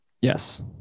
Yes